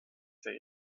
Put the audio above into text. say